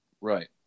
Right